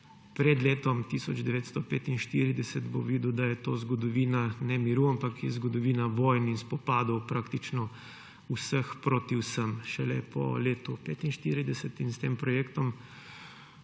pred letom 1945, je videl, da je to zgodovina ne miru, ampak zgodovina vojn in spopadov, praktično vseh proti vsem. Šele po letu 1945 in s tem projektom